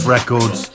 Records